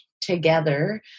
together